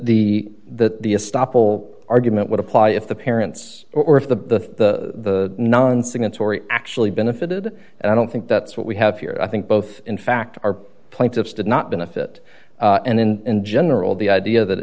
the that the a stop will argument would apply if the parents or if the non signatory actually benefited and i don't think that's what we have here i think both in fact our plaintiffs did not benefit and in general the idea that